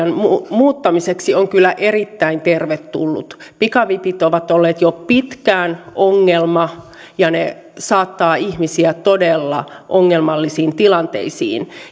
muuttamiseksi on kyllä erittäin tervetullut pikavipit ovat olleet jo pitkään ongelma ja ne saattavat ihmisiä todella ongelmallisiin tilanteisiin